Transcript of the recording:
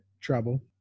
Trouble